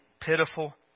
pitiful